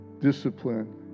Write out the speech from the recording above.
discipline